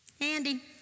Andy